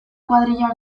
kuadrilla